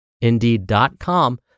indeed.com